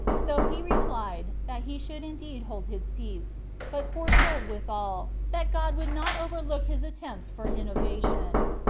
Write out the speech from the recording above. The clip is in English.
so he replied, that he should indeed hold his peace but foretold withal, that god would not overlook his attempts for innovation.